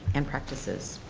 and practices.